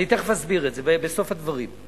אני תיכף אסביר את זה, בסוף הדברים.